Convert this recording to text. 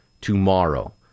tomorrow